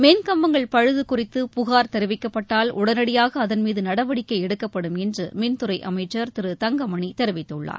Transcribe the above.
மின் கம்பங்கள் பழுது குறித்து புகார் தெரிவிக்கப்பட்டால் உடனடியாக அதன்மீது நடவடிக்கை எடுக்கப்படும் என்று மின்துறை அமைச்சர் திரு தங்கமணி தெரிவித்துள்ளார்